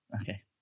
Okay